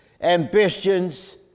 ambitions